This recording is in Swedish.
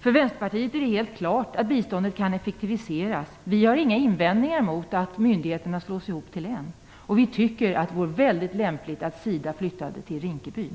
För Vänsterpartiet är det helt klart att biståndet kan effektiviseras. Vi har inga invändningar mot att myndigheterna slås ihop till en, och vi tycker att det är mycket lämpligt att SIDA flyttar till Rinkeby.